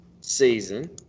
season